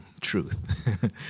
truth